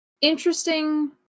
interesting